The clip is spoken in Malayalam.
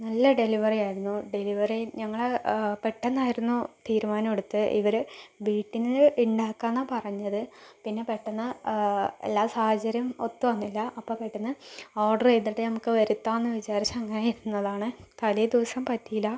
നല്ല ഡെലിവറി ആയിരുന്നു ഡെലിവറി ഞങ്ങള് പെട്ടെന്നായിരുന്നു തീരുമാനമെടുത്തെ ഇവര് വീട്ടില് ഇണ്ടാക്കാന്നാ പറഞ്ഞത് പിന്നെ പെട്ടന്ന് എല്ലാ സാഹചര്യം ഒത്തു വന്നില്ല അപ്പോൾ പെട്ടന്ന് ഓർഡറ് ചെയ്തിട്ട് നമുക്ക് വരുത്താന്ന് വിചാരിച്ചു അങ്ങനെയിരുന്നതാണ് തലേ ദിവസം പറ്റീലാ